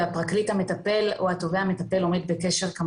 והפרקליט המטפל וגם התובע עומד בקשר עם